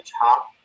top